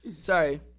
Sorry